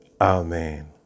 Amen